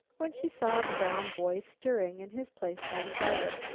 when she saw the brown boy stirring in his place by the fire.